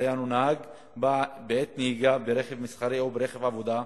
דהיינו: נהג בעת נהיגה ברכב מסחרי או ברכב עבודה,